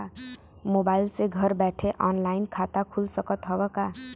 Mobile से घर बैठे ऑनलाइन खाता खुल सकत हव का?